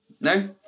No